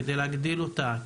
כדי להגדיל אותה,